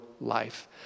life